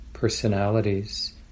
personalities